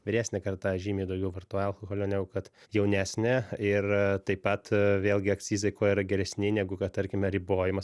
vyresnė karta žymiai daugiau vartoja alkoholio negu kad jaunesnė ir taip pat vėlgi akcizai kuo yra geresni negu kad tarkime ribojamas